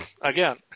again